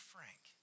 Frank